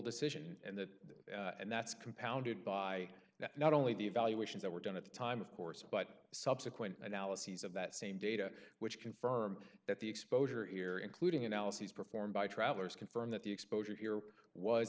decision and that and that's compounded by now not only the evaluations that were done at the time of course but subsequent analyses of that same data which confirm that the exposure era including analyses performed by travelers confirm that the exposure here was